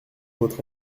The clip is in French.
votre